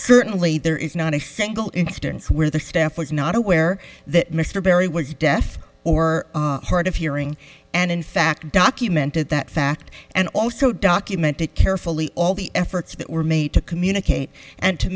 certainly there is not a single instance where the staff was not aware that mr barry was deaf or hard of hearing and in fact documented that fact and also documented carefully all the efforts that were made to communicate and to